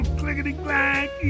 clickety-clack